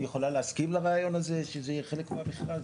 יכולה להסכים לרעיון הזה שזה יהיה חלק מהמכרז?